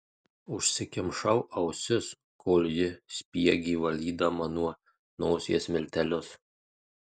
užsikimšau ausis kol ji spiegė valydama nuo nosies miltelius